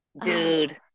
Dude